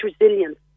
resilience